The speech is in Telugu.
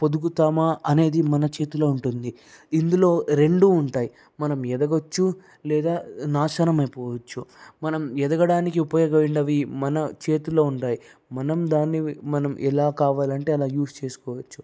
పొదుగుతామా అనేది మన చేతిలో ఉంటుంది ఇందులో రెండు ఉంటాయి మనం ఎదగవచ్చు లేదా నాశనం అయిపోవచ్చు మనం ఎదగడానికి ఉపయోగలనేవి మన చేతిలో ఉంటాయి మనం దాని మనం ఎలా కావాలంటే అలా యూజ్ చేసుకోవచ్చు